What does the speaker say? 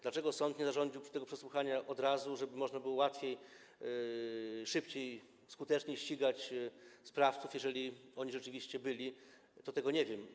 Dlaczego sąd nie zarządził tego przesłuchania od razu, żeby można było łatwiej, szybciej, skuteczniej ścigać sprawców, jeżeli oni rzeczywiście byli, to tego nie wiem.